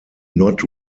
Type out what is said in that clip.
not